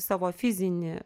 savo fizinį